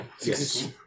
yes